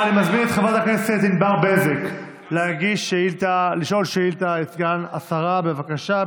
אני מזמין את חברת הכנסת ענבר בזק לשאול את סגן השרה שאילתה,